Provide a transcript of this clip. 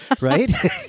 Right